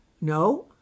No